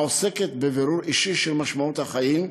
העוסקת בבירור אישי של משמעות החיים,